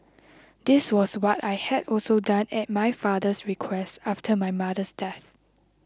this was what I had also done at my father's request after my mother's death